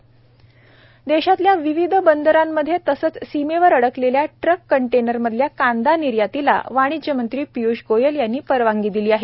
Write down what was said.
पिय्ष गोयल देशातल्या विविध बंदरांमधे तसंच सीमेवर अडकलेल्या ट्रक कंटेनरमधल्या कांदा निर्यातीला वाणिज्यमंत्री पिय्ष गोयल यांनी परवानगी दिली आहे